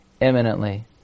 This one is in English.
imminently